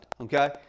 Okay